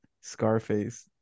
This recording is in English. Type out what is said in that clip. Scarface